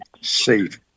safe